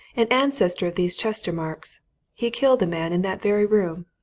an ancestor of these chestermarkes he killed a man in that very room.